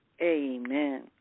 Amen